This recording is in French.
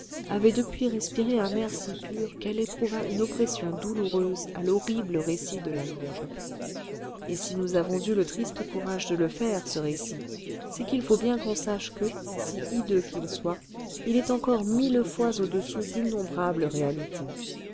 avait depuis respiré un air si pur qu'elle éprouva une oppression douloureuse à l'horrible récit de la louve et si nous avons eu le triste courage de le faire ce récit c'est qu'il faut bien qu'on sache que si hideux qu'il soit il est encore mille fois au-dessous d'innombrables réalités